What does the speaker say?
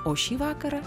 o šį vakarą